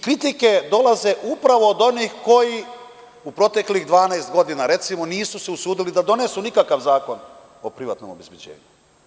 Kritike dolaze upravo od onih koji u proteklih 12 godina recimo se nisu usudili da donesu nikakav zakon o privatnom obezbeđenju.